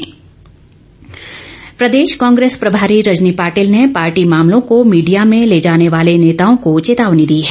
रजनी पाटिल प्रदेश कांग्रेस प्रभारी रजनी पाटिल ने पार्टी मामलों को मीडिया में ले जाने वाले नेताओं को चेतावनी दी है